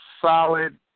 solid